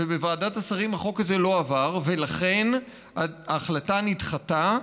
בוועדת השרים החוק הזה לא עבר, ולכן ההחלטה נדחתה,